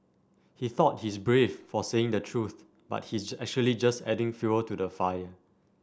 he thought he's brave for saying the truth but he's actually just adding fuel to the fire